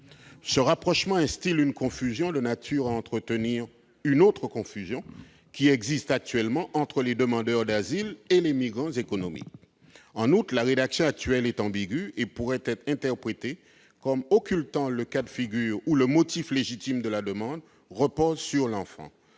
Ce rapprochement instille une confusion de nature à en entretenir une autre, celle qui existe actuellement entre les demandeurs d'asile et les migrants économiques. En outre, la rédaction actuelle est ambiguë et pourrait être interprétée comme occultant les cas de figure où le motif légitime de la demande repose sur l'enfant.